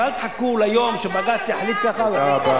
ואל תחכו ליום שבג"ץ יחליט ככה ויחליט ככה.